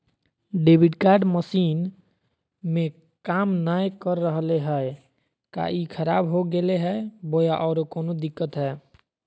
Debit card machine में काम नाय कर रहले है, का ई खराब हो गेलै है बोया औरों कोनो दिक्कत है?